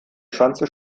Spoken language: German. schanze